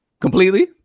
completely